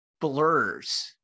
blurs